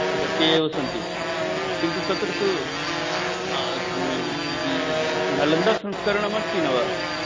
अच्छा ते एव सन्ति किन्तु तत्र तु नलन्दासंस्करणम् अस्ति न वा